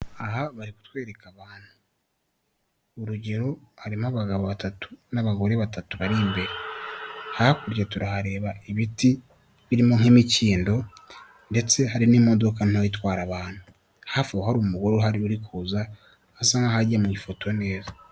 Aha bari kutwereka abantu urugero harimo abagabo batatu n'abagore batatu bari imbere hakurya turahareba ibiti birimo nk'imikindo ndetse hari n'imodoka nto itwara abantu hafi hari umugore uhari uri kuza asa nk'aho ajya mu ifoto neza.